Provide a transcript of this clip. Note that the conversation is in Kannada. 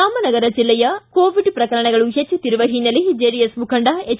ರಾಮನಗರ ಜಿಲ್ಲೆಯಲ್ಲಿ ಕೋವಿಡ್ ಪ್ರಕರಣಗಳು ಹೆಚ್ಚುತ್ತಿರುವ ಹಿನ್ನೆಲೆ ಜೆಡಿಎಸ್ ಮುಖಂಡ ಎಚ್